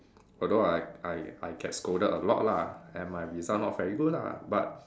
although I I I get scolded a lot lah and my result not very good lah but